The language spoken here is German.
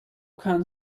kann